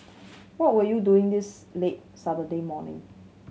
what were you doing this late Saturday morning